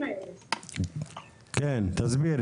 תזדהה